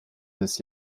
des